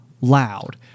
loud